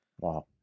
Wow